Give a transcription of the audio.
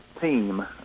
team